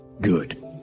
Good